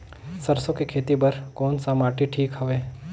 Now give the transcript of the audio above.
सरसो के खेती बार कोन सा माटी ठीक हवे?